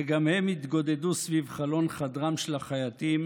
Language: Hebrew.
וגם הם התגודדו סביב חלון חדרם של החייטים